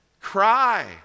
cry